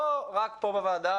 לא רק פה בוועדה,